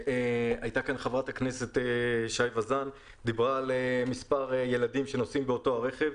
חברת הכנסת שי וזאן דיברה על מספר ילדים שנוסעים באותו רכב.